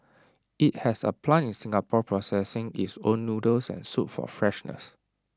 IT has A plant in Singapore processing its own noodles and soup for freshness